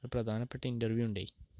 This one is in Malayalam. പ്രധാനപ്പെട്ട ഇൻൻ്റവ്യൂ ഉണ്ട്